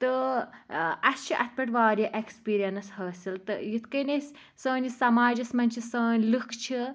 تہٕ اسہِ چھِ اَتھ پٮ۪ٹھ واریاہ ایٚکٕسپیٖرینٕس حٲصِل تہٕ یِتھ کٔنۍ أسۍ سٲنِس سماجَس منٛز چھِ سٲنۍ لوٗکھ چھِ